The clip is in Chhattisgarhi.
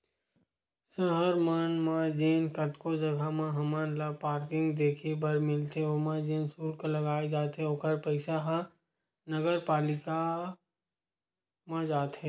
सहर मन म जेन कतको जघा म हमन ल पारकिंग देखे बर मिलथे ओमा जेन सुल्क लगाए जाथे ओखर पइसा ह नगरपालिका म जाथे